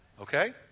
Okay